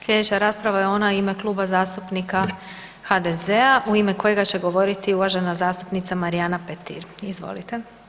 Slijedeća je ona u ime Kluba zastupnika HDZ-a u ime kojega će govoriti uvažena zastupnica Marijana Petir, izvolite.